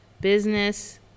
Business